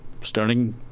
starting